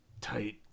tight